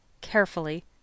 carefully